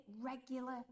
regular